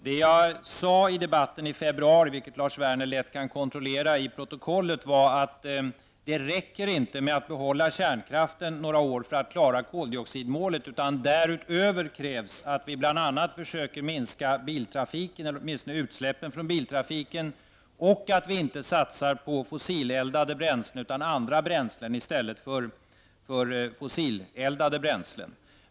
Det som jag sade i debatten i februari, vilket Lars Werner lätt kan kontrollera i protokollet, var att det inte räcker att behålla kärnkraften några år för att klara koldioxidmålet, utan att det därutöver också behövs bl.a. att vi försöker minska utsläppen från biltrafiken och att vi inte satsar på fossileldade bränslen utan på andra bränsleslag.